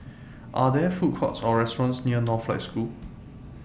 Are There Food Courts Or restaurants near Northlight School